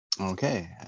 Okay